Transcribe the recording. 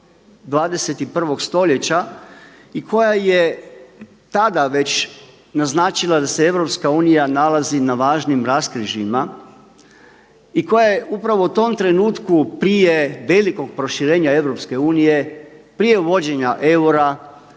21. stoljeća i koja je tada već naznačila da se EU nalazi na važnim raskrižjima i koja je upravo u tom trenutku prije velikog proširenja EU, prije uvođenja eura